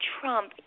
Trump